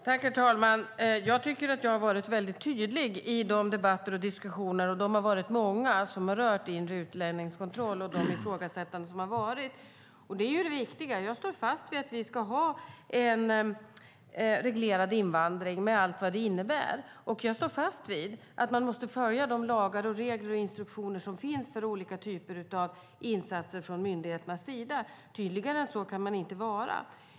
Herr talman! Jag tycker att jag har varit väldigt tydlig i de debatter och diskussioner som har rört inre utlänningskontroll - de har varit många - och gentemot de ifrågasättanden som har varit. Det är det viktiga. Jag står fast vid att vi ska ha en reglerad invandring med allt vad det innebär, och jag står fast vid att man måste följa de lagar, regler och instruktioner som finns för olika typer av insatser från myndigheternas sida. Tydligare än så kan man inte vara.